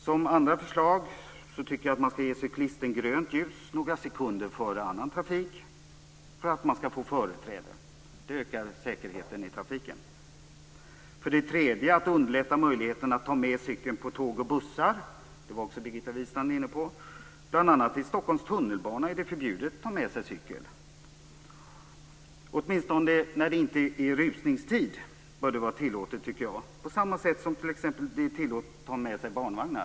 För det andra tycker jag att man skall ge cyklisten grönt ljus några sekunder före annan trafik; detta för att ge cyklisten företräde. Det ökar säkerheten i trafiken. För det tredje gäller det att underlätta för cyklisten att ta med sig sin cykel på tåg och bussar. Birgitta Wistrand var också inne på det. Bl.a. i Stockholms tunnelbana är det förbjudet att ta med sig cykel. Åtminstone när det inte är rusningstid bör det, tycker jag, vara tillåtet att ta med sig cykel. Det är ju tillåtet att ta med sig barnvagn.